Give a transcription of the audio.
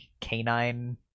canine